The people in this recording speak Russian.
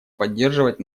поддерживать